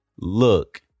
look